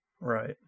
Right